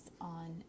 on